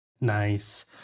nice